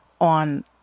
on